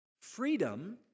freedom